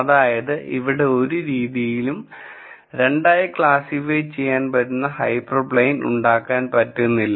അതായത് ഇവിടെ ഒരു രീതിയിലും രണ്ടായി ക്ലാസിഫൈ ചെയ്യാൻ പറ്റുന്ന ഹൈപെർ പ്ലെയിൻ ഉണ്ടാക്കാൻ പറ്റുന്നില്ല